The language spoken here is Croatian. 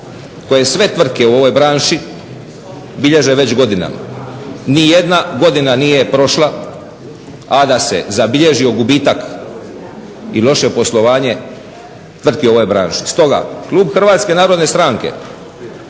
koje sve tvrtke u ovoj branši bilježe već godinama. nijedna godina nije prošla, a da se zabilježio gubitak i loše poslovanje tvrtki u ovoj branši. Stoga Klub Hrvatske narodne stranke